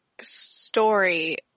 story